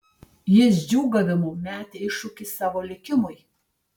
jis džiūgavimu metė iššūkį savo likimui